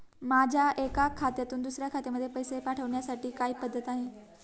माझ्या एका खात्यातून दुसऱ्या खात्यामध्ये पैसे पाठवण्याची काय पद्धत आहे?